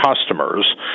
Customers